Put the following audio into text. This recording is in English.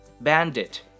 bandit